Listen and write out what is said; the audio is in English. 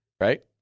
Right